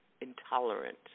intolerant